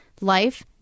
life